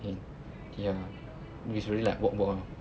in ya it's really like work work [one]